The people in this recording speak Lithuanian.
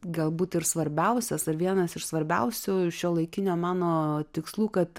galbūt ir svarbiausias ar vienas iš svarbiausių šiuolaikinio meno tikslų kad